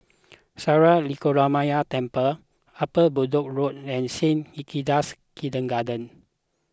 Sri Lankaramaya Temple Upper Bedok Road and Saint Hilda's Kindergarten